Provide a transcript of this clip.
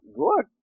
good